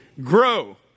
grow